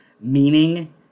meaning